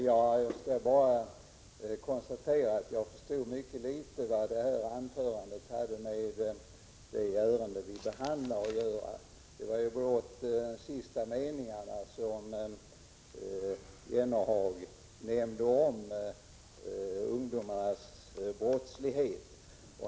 Herr talman! Jag vill bara konstatera att jag mycket litet förstod vad det senaste anförandet hade med det ärende vi behandlar att göra. Det var ju blott i de sista meningarna som Jan Jennehag nämnde ungdomarnas brottslighet.